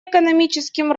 экономическим